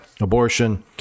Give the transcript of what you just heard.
Abortion